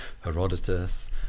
Herodotus